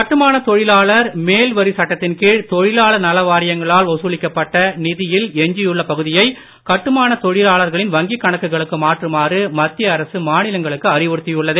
கட்டுமான தொழிலாளர் மேல் வரி சட்டத்தின் கீழ் தொழிலாளர் நல வாரியங்களால் வசூலிக்கப்பட்ட நிதியில் எஞ்சியுள்ள பகுதியை கட்டுமான தொழிலாளர்களின் வங்கிக் கணக்குகளுக்கு மாற்றுமாறு மத்திய அரசு மாநிலங்களுக்கு அறிவுறுத்தியுள்ளது